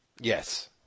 yes